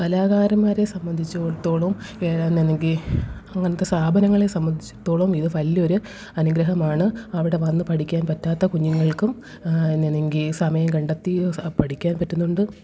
കലാകാരന്മാരെ സംബന്ധിച്ചിടത്തോളം അല്ലെങ്കിൽ അങ്ങനത്തെ സ്ഥാപനങ്ങളെ സംബന്ധിച്ചിടത്തോളം ഇത് വലിയൊരു അനുഗ്രഹമാണ് അവടെ വന്ന് പഠിക്കാന് പറ്റാത്ത കുഞ്ഞുങ്ങള്ക്കും അല്ലെങ്കിൽ സമയം കണ്ടെത്തി പഠിക്കാന് പറ്റുന്നുണ്ട്